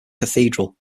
cathedral